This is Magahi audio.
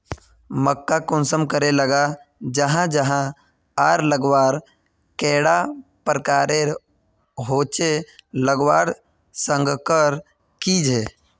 मक्का कुंसम करे लगा जाहा जाहा आर लगवार कैडा प्रकारेर होचे लगवार संगकर की झे?